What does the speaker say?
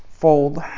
Fold